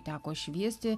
teko šviesti